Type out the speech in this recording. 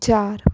ਚਾਰ